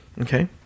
okay